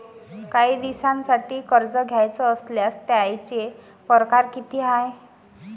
कायी दिसांसाठी कर्ज घ्याचं असल्यास त्यायचे परकार किती हाय?